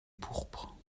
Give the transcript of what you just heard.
pourpre